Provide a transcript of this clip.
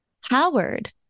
Howard